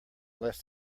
less